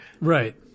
Right